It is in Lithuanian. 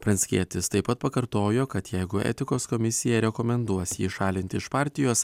pranckietis taip pat pakartojo kad jeigu etikos komisija rekomenduos jį šalinti iš partijos